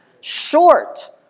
short